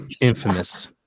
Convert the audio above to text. infamous